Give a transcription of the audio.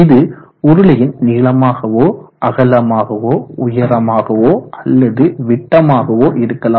இது உருளையின் நீளமாகவோ அகலமாகவோ உயரமாகவோ அல்லது விட்டமாகவோ இருக்கலாம்